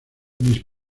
mis